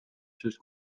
sellest